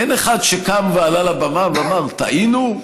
אין אחד שקם ועלה לבמה ואמר: טעינו,